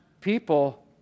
people